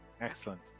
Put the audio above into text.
excellent